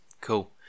cool